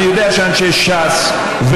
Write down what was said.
אני יודע שאנשי ש"ס,